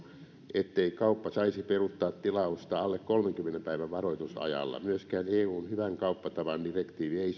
ettei kauppa saisi peruuttaa tilausta alle kolmenkymmenen päivän varoitusajalla myöskään eun hyvän kauppatavan direktiivi ei